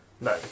No